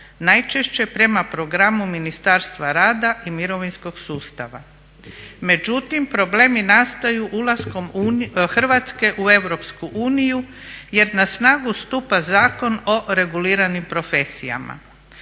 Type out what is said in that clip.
najčešće prema programu Ministarstva rada i mirovinskog sustava. Međutim, problem je nastaju ulaskom Hrvatske u EU jer na snagu stupa Zakon o reguliranim profesijama.